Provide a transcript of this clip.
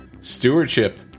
Stewardship